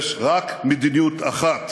יש רק מדיניות אחת